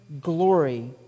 glory